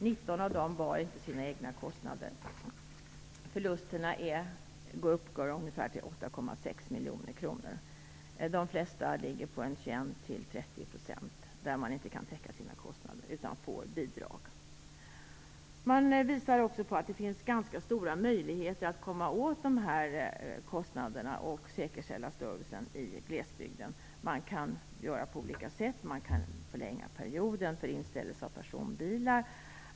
19 av dem bar inte sina egna kostnader. Förlusterna uppgår ungefär till 8,6 miljoner kronor. De flesta kan inte täcka sina kostnader till 21-30 %, utan får bidrag. Man visar också på att det finns ganska stora möjligheter att komma åt dessa kostnader och säkerställa servicen i glesbygden. Man kan göra på olika sätt. Man kan förlänga perioden för inställelse av personbilar.